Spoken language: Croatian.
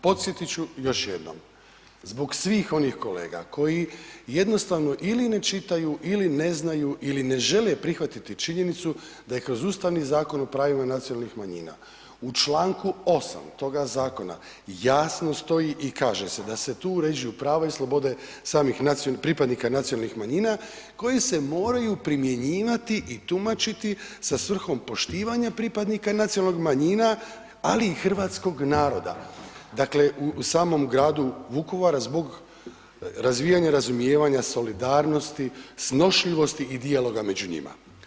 Podsjetit ću još jednom, zbog svih onih kolega koji jednostavno ili ne čitaju ili ne znaju ili ne žele prihvatiti činjenicu da je kroz Ustavni zakon o pravima nacionalnih manjina u čl. 8. toga zakona jasno stoji i kaže se da se tu uređuju prava i slobode samih nacionalnih, pripadnika nacionalnih manjina koji se moraju primjenjivati i tumačiti sa svrhom poštivanja pripadnika nacionalnih manjina, ali i hrvatskog naroda, dakle, u samom gradu Vukovaru zbog razvijanja razvijanja solidarnosti, snošljivosti i dijaloga među njima.